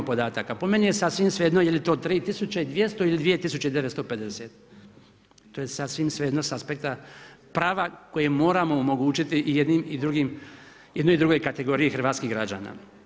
Po meni je sasvim svejedno je li to 3 200 ili 2 950. to je sasvim svejedno sa aspekta prava koje moramo omogućiti i jednoj i drugoj kategoriji hrvatskih građana.